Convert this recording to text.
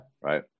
right